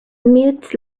mutes